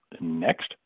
Next